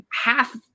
half